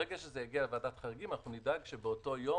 ברגע שזה יגיע לוועדת החריגים אנחנו נדאג שבאותו יום,